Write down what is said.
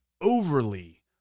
overly